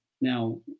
Now